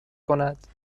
کند